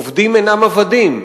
עובדים אינם עבדים,